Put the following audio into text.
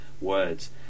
words